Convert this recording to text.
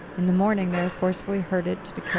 in the morning, they are forcefully herded to the kill